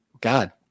God